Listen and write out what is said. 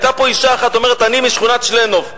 היתה פה אשה אחת שאמרה: אני משכונת צ'לנוב,